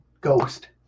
ghost